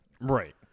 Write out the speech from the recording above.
right